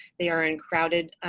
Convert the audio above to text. they are in crowded